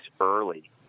early